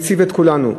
וזה העציב את כולנו.